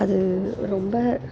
அது ரொம்ப